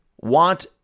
want